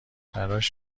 براش